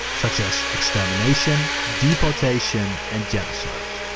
such as exterminations, deportations, and genocide.